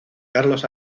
carlos